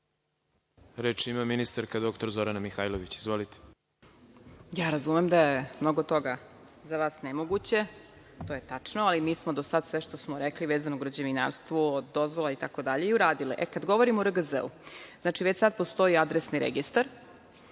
Reč ima ministarka dr Zorana Mihajlović. **Zorana Mihajlović** Razumem da je mnogo toga za vas nemoguće, to je tačno, ali mi smo do sada za sve što smo rekli vezano u građevinarstvu od dozvola i tako dalje i uradili. Kada govorimo o RGZ-u, znači već sada postoji adresni registar,